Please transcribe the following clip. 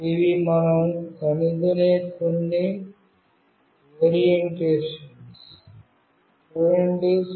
ఇవి మనం కనుగొనే కొన్ని ఓరియెంటేషన్స్